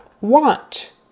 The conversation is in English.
want